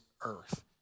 earth